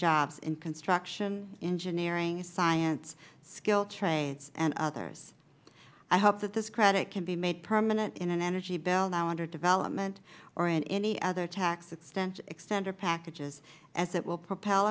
jobs in construction engineering science skilled trades and others i hope that this credit can be made permanent in an energy bill now under development or in any other tax extender packages as it will propel